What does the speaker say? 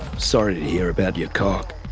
sorry to hear about your cock.